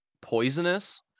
Poisonous